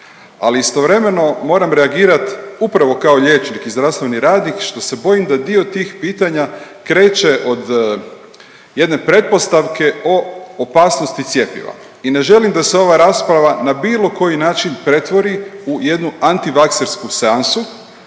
ali istovremeno moram reagirati upravo kao liječnik i zdravstveni radnik što se bojim da dio tih pitanja kreće od jedne pretpostavke o opasnosti cjepiva. I ne želim da se ova rasprava na bilo koji način pretvori u jednu anti vaksersku seansu,